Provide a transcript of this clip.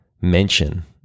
mention